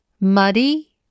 muddy